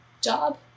job